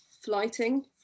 flighting